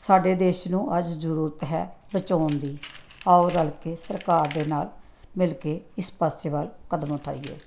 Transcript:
ਸਾਡੇ ਦੇਸ਼ ਨੂੰ ਅੱਜ ਜ਼ਰੂਰਤ ਹੈ ਬਚਾਉਣ ਦੀ ਆਓ ਰਲ ਕੇ ਸਰਕਾਰ ਦੇ ਨਾਲ ਮਿਲ ਕੇ ਇਸ ਪਾਸੇ ਵੱਲ ਕਦਮ ਉਠਾਈਏ